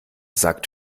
sagt